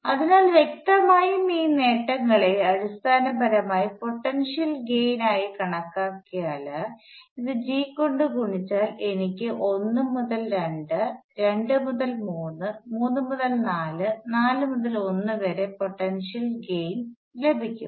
അതിനാൽ വ്യക്തമായും ഈ നേട്ടങ്ങളെ അടിസ്ഥാനപരമായി പൊട്ടൻഷ്യൽ ഗൈൻ ആയി കണക്കാക്കിയാൽ ഇത് g കൊണ്ട് ഗുണിച്ചാൽ എനിക്ക് 1 മുതൽ 2 2 മുതൽ 3 3 മുതൽ 4 4 മുതൽ 1 വരെ പൊട്ടൻഷ്യൽ ഗൈൻ ലഭിക്കും